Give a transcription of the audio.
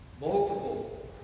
multiple